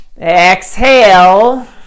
exhale